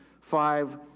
Five